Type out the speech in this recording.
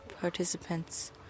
participants